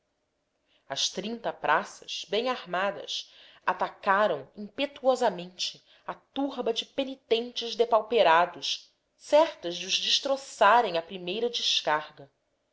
as trinta praças bem armadas atacaram impetuosamente a turba de penitentes depauperados certas de os destroçarem à primeira descarga